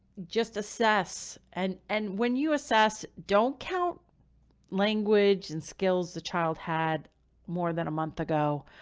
just assess and, and when you assess, don't count language and skills, the child had more than a month ago.